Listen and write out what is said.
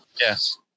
Yes